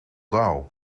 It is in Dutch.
dauw